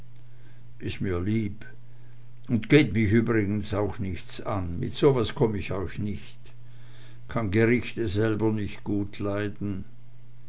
is mir lieb und geht mich übrigens auch nichts an mit so was komm ich euch nich kann gerichte selber nich gut leiden